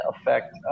affect